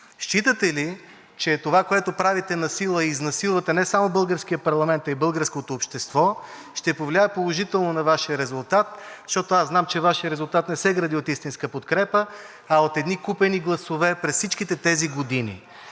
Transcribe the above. Считате ли, че това, което правите насила и изнасилвате не само българския парламент, а и българското общество, ще повлияе положително на Вашия резултат, защото аз знам, че Вашият резултат не се гради от истинска подкрепа, а от едни купени гласове през всичките тези години.